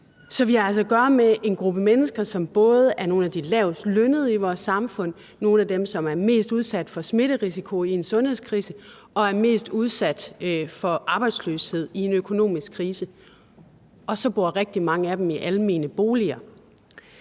vi har altså at gøre med en gruppe mennesker, som både er nogle af de lavest lønnede i vores samfund, som er blandt dem, som er mest udsat for smitterisiko i en sundhedskrise, og som er mest udsat for arbejdsløshed i en økonomisk krise, og så bor rigtig mange af dem i almene boliger.